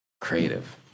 creative